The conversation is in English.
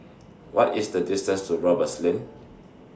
What IS The distance to Roberts Lane